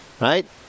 right